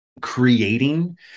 creating